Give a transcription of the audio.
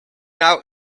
now